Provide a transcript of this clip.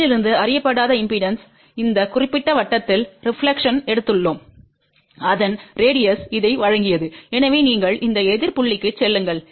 இதிலிருந்து அறியப்படாத இம்பெடன்ஸ் இந்த குறிப்பிட்ட வட்டத்தில் ரெப்லக்க்ஷன்பை எடுத்தோம் அதன் ரேடியஸ் இதை வழங்கியது எனவே நீங்கள் இந்த எதிர் புள்ளிக்கு செல்லுங்கள்